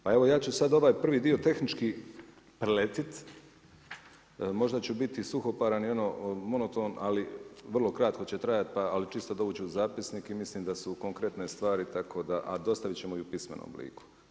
Pa evo ja ću sada ovaj prvi dio tehnički preletiti, možda ću biti suhoparan i monoton ali vrlo kratko će trajati, ali čisto da uđe u zapisnik i mislim da su konkretne stvari tako da, a dostavit ćemo i u pismenom obliku.